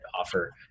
offer